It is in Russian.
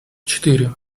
четыре